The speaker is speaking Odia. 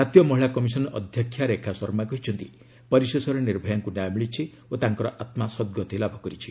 ଜାତୀୟ ମହିଳା କମିଶନ ଅଧ୍ୟକ୍ଷା ରେଖା ଶର୍ମା କହିଛନ୍ତି ପରିଶେଷରେ ନିର୍ଭୟାଙ୍କୁ ନ୍ୟାୟ ମିଳିଛି ଓ ତାଙ୍କର ଆତ୍ମା ସଦ୍ଗତି ଲାଭ କରିଛି